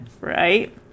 right